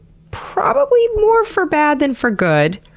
probably, more for bad than for good.